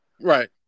Right